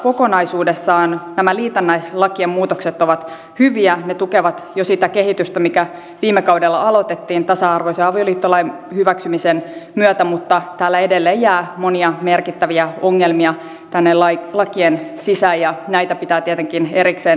kokonaisuudessaan nämä liitännäislakien muutokset ovat hyviä ne tukevat jo sitä kehitystä mikä viime kaudella aloitettiin tasa arvoisen avioliittolain hyväksymisen myötä mutta edelleen jää monia merkittäviä ongelmia tänne lakien sisään ja näitä pitää tietenkin erikseen tarkastella